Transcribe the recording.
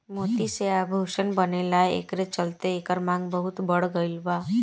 मोती से आभूषण बनेला एकरे चलते एकर मांग बहुत बढ़ गईल बा